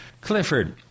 Clifford